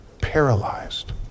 paralyzed